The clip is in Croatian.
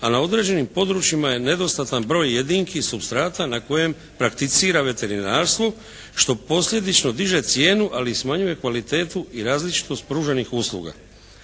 a na određenim područjima je nedostatan broj jedinki supstrata na kojem prakticira veterinarstvo, što posljedično diže cijenu ali smanjuje kvalitetu i različitost pružanih usluga.